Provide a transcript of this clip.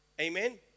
Amen